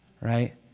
right